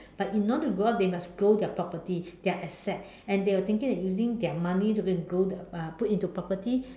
but in order to grow up they must grow their property their asset and they were thinking that using their money to go and grow uh put into property